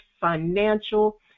financial